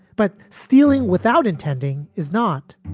but stealing without intending is not.